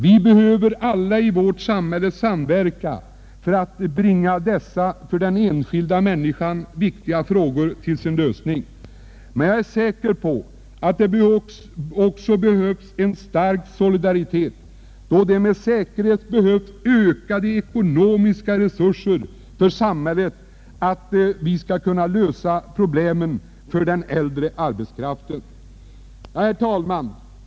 Vi behöver alla i hela vårt samhälle samverka för att bringa dessa för den enskilda människan så viktiga frågor till sin lösning. Jag är övertygad om att det också behövs en stark solidaritet, då det med säkerhet behövs ökade ekonomiska resurser för samhället om vi skall kunna lösa problemen för den äldre arbetskraften. Herr talman!